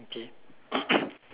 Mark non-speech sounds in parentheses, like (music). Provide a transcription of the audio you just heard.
okay (coughs)